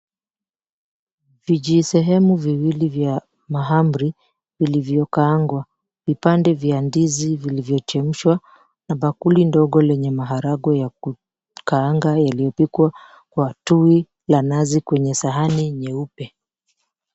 Vijisehemu viwili vya mahamri vilivyokaangwa. Vipande vya ndizi vilivyochemshwa na bakuli ndogo lenye maharagwe ya kukaangwa iliyopikwa kwa tui ya nazi kwenye sahani nyeupe.